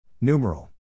Numeral